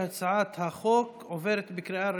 ההצעה להעביר את הצעת חוק הצעת חוק הכניסה לישראל (הוראת שעה,